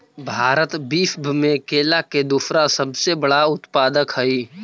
भारत विश्व में केला के दूसरा सबसे बड़ा उत्पादक हई